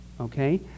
Okay